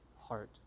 heart